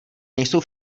nejsou